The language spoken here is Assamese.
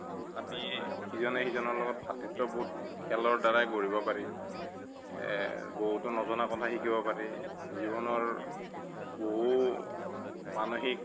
আমি ইজনে সিজনৰ লগত ভাতৃত্ববোধ খেলৰ দ্বাৰাই গঢ়িব পাৰি বহুতো নজনা কথা শিকিব পাৰি জীৱনৰ বহু মানসিক